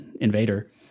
invader